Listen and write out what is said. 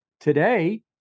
Today